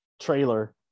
trailer